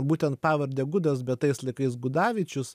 būtent pavarde gudas bet tais laikais gudavičius